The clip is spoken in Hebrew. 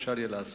אפשר יהיה לעשות.